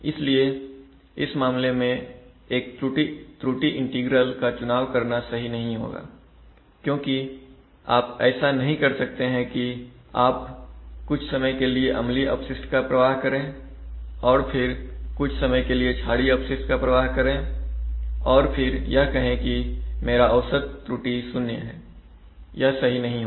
इसलिए इस मामले में एक त्रुटि इंटीग्रल का चुनाव करना सही नहीं होगा क्योंकि आप ऐसा नहीं कर सकते है कि आप कुछ समय के लिए अम्लीय अपशिष्ट का प्रवाह करें और फिर कुछ समय के लिए क्षारीय अपशिष्ट का प्रवाह करें और फिर यह कहे कि मेरा औसत त्रुटि 0 है यह सही नहीं होगा